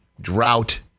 drought